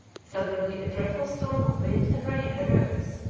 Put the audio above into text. suddenly a dreadful storm of wind and rain arose,